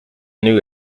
new